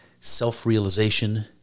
self-realization